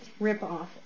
ripoff